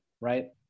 right